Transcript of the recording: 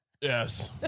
Yes